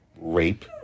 rape